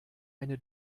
eine